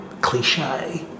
cliche